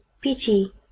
pity